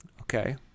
Okay